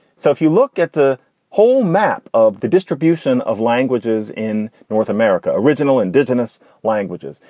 so if you look at the whole map of the distribution of languages in north america, original indigenous languages,